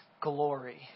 glory